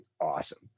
awesome